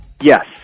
Yes